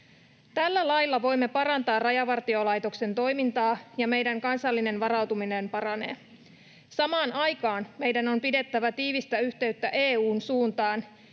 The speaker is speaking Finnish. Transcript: Tällä lailla voimme parantaa Rajavartiolaitoksen toimintaa ja meidän kansallinen varautuminen paranee. Samaan aikaan meidän on pidettävä tiivistä yhteyttä EU:n suuntaan,